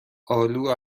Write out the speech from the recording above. آلو